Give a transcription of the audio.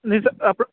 ਨਹੀਂ sir up